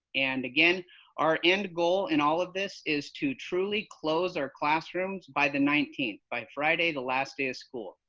and again our end goal in all of this is to truly close our classrooms by the nineteenth by friday, the last day of school.